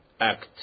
act